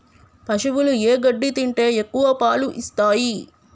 పశువులు ఏ గడ్డి తింటే ఎక్కువ పాలు ఇస్తాయి?